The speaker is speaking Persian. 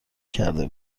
کرده